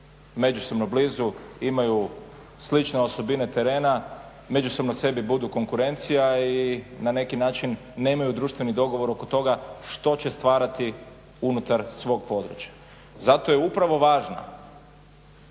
međusobno blizu imaju slične osobine terena, međusobno sebi budu konkurencija i na neki način nemaju društveni dogovor oko toga što će stvarati unutar svog područja. Zato je upravo važna,